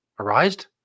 arised